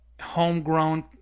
homegrown